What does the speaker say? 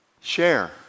share